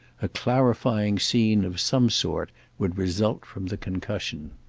a clarifying scene of some sort would result from the concussion.